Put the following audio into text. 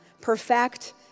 perfect